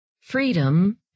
Freedom